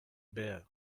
bear